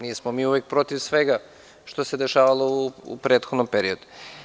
Nismo mi uvek protiv svega što se dešavalo u prethodnom periodu.